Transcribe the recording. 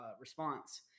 response